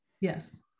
Yes